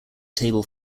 table